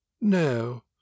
No